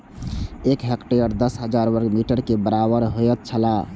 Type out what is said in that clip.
एक हेक्टेयर दस हजार वर्ग मीटर के बराबर होयत छला